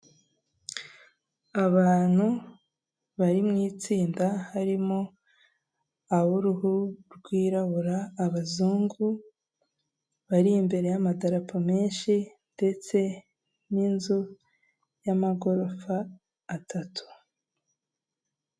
I Kanombe mu karere ka Kicukiro, mu mujyi wa Kigali urahabona inzu ikodeshwa ku mafaranga ibihumbi magana atatu mirongo itanu by'amanyarwanda buri kwezi, ifite ibyumba bitatu byo kuraramo n'ibindi bibiri by'ubwogero.